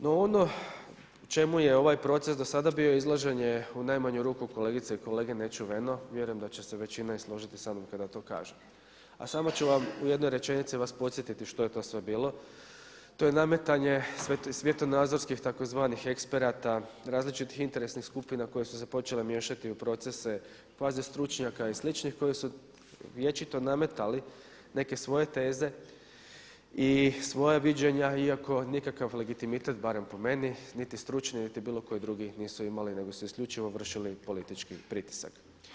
No ono u čemu je ovaj proces do sada bio izložen je u najmanju ruku kolegice i kolege nečuveno, vjerujem da će se većina i složiti sa mnom kada to kažem, a samo ću vas u jednoj rečenici podsjetiti što je to sve bilo, to je nametanje svjetonazorskih tzv. eksperata, različitih interesnih skupina koje su se počele miješati u procese kvazi stručnjaka i sličnih koji su vječito nametali neke svoje teze i svoja viđenja iako nikakav legitimitet barem po meni niti stručni niti bilo koji drugi nisu imali nego su isključivo vršili politički pritisak.